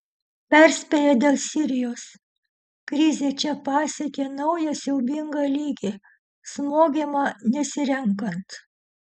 perspėja dėl sirijos krizė čia pasiekė naują siaubingą lygį smogiama nesirenkant